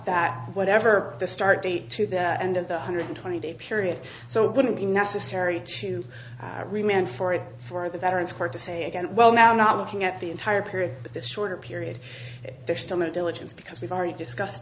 that whatever the start date to the end of the hundred twenty day period so it wouldn't be necessary to remain for it for the veterans court to say again well now not looking at the entire period but that shorter period there still no diligence because we've already discussed